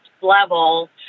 level